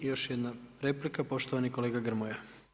I još jedna replika, poštovani kolega Grmoja.